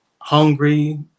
hungry